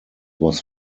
was